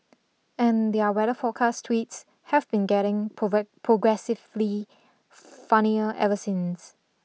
and their weather forecast tweets have been getting progressively funnier ever since